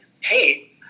hey